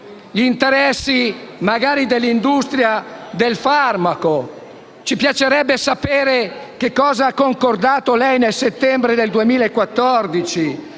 gli interessi magari dell'industria del farmaco. Ci piacerebbe sapere che cosa ha concordato lei nel settembre 2014,